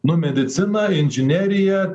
nu medicina inžinerija